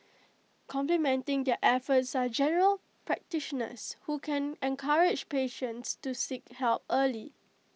complementing their efforts are general practitioners who can encourage patients to seek help early